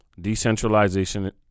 decentralization